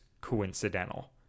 coincidental